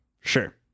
Sure